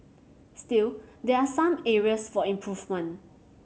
still there are some areas for improvement